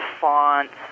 fonts